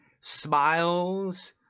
smiles